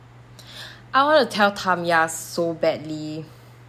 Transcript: I want to tell tamya so badly